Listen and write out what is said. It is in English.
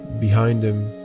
behind him,